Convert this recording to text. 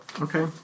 Okay